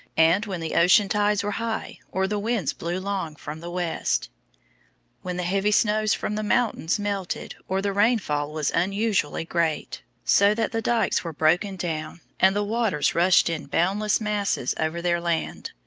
and when the ocean tides were high or the winds blew long from the west when the heavy snows from the mountains melted, or the rainfall was unusually great, so that the dykes were broken down and the waters rushed in boundless masses over their land,